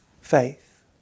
faith